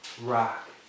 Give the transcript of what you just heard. rock